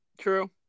true